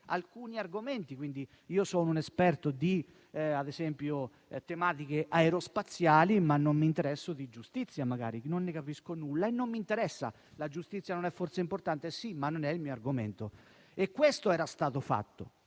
alcuni argomenti. Io sono un esperto di tematiche aerospaziali e magari non mi interesso di giustizia; non ne capisco nulla e non mi interessa. La giustizia non è forse importante? Sì, ma non è il mio argomento. Questo era stato fatto.